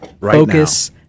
focus